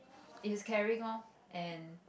he's caring lor and